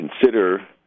consider